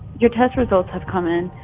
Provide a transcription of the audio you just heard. your test results have come in.